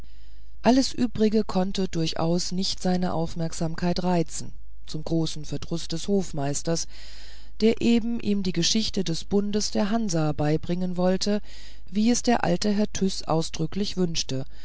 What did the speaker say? alles übrige konnte durchaus nicht seine aufmerksamkeit reizen zum großen verdruß des hofmeisters der eben ihm die geschichte des bundes der hansa beibringen wollte wie es der alte herr tyß ausdrücklich gewünscht